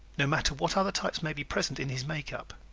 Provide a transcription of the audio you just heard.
no matter what other types may be present in his makeup.